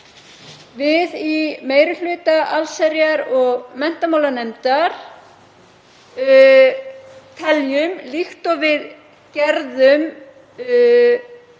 Við í meiri hluta allsherjar- og menntamálanefndar teljum, líkt og við gerðum